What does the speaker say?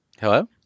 Hello